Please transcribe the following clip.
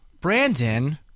Brandon